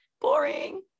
Boring